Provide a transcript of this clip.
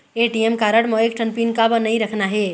ATM card म एक ठन पिन काबर नई रखना हे?